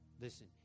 Listen